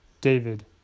David